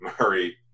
Murray